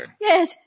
Yes